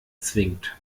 zwingt